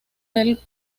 del